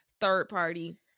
third-party